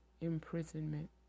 imprisonment